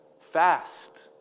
Fast